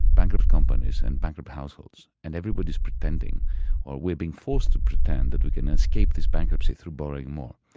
bankrupt companies and bankrupt households, and everybody is pretending or we're being forced to pretend that we can escape this bankruptcy through borrowing more,